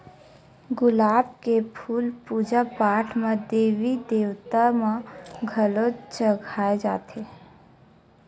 गुलाब के फूल पूजा पाठ म देवी देवता म घलो चघाए जाथे